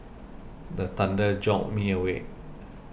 the thunder jolt me awake